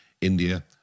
India